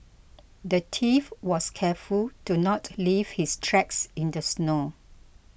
the thief was careful to not leave his tracks in the snow